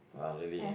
!huh! really ah